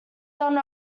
done